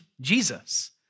Jesus